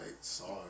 sorry